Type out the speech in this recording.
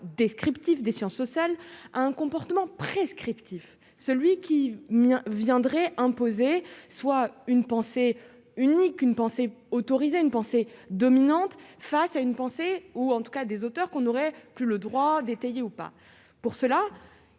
descriptif des sciences sociales, un comportement prescriptif celui qui viendrait imposer soit une pensée unique, une pensée autorisée une pensée dominante face à une pensée ou en tout cas des auteurs qu'on n'aurait plus le droit d'étayer ou pas, pour cela,